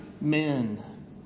men